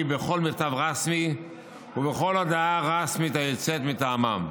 בכל מכתב רשמי ובכל הודעה רשמית היוצאת מטעמם.